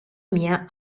mia